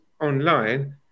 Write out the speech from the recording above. online